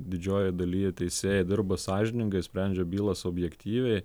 didžiojoj daly teisėjai dirba sąžiningai sprendžia bylas objektyviai